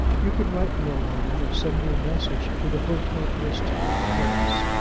you can write me a line, or send me a message to the hotel bristol, at paris.